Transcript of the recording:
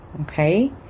okay